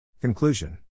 Conclusion